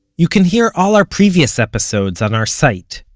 you can hear all our previous episodes on our site,